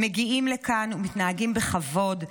הם מגיעים לכאן ומתנהגים בכבוד,